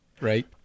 Right